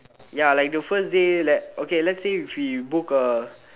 ya like the first day like okay let's say if we book a